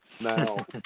Now